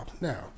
Now